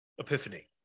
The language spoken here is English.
epiphany